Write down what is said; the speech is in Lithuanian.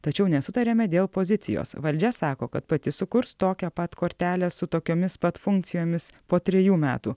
tačiau nesutariame dėl pozicijos valdžia sako kad pati sukurs tokią pat kortelę su tokiomis pat funkcijomis po trejų metų